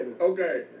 Okay